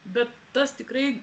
bet tas tikrai